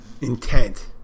intent